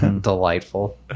Delightful